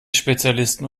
spezialisten